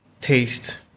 taste